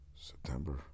September